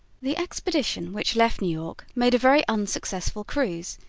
the expedition which left new york made a very unsuccessful cruise.